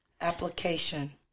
application